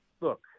look